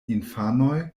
infanoj